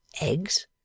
eggs